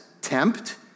tempt